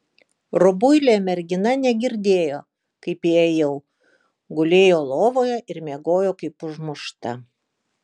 rubuilė mergina negirdėjo kaip įėjau gulėjo lovoje ir miegojo kaip užmušta